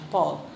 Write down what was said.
Paul